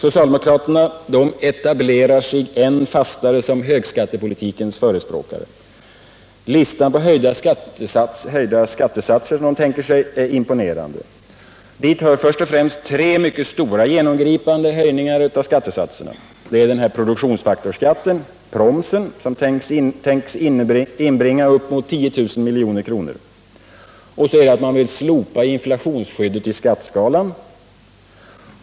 Socialdemokraterna etablerar sig än fastare som Den lista på höjda skattesatser som man tänkt sig är imponerande. Dit hör först och främst tre mycket stora genomgripande höjningar av skattesatserna. Det är produktionsfaktorsskatten, ”promsen”, som är tänkt att inbringa uppemot 10 000 milj.kr. Man vill slopa inflationsskyddet i skatteskalan.